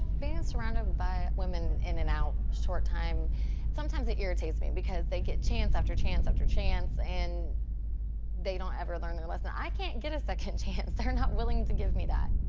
being surrounded by women in and out, short time sometimes it irritates me, because they get chance after chance after chance, and they don't ever learn their lesson. i can't get a second chance. they're not willing to give me that.